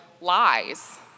lies